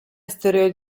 esteriore